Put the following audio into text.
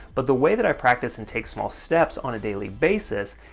but the way that i practice, and take small steps on a daily basis,